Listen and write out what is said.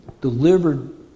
delivered